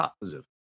positive